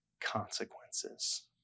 consequences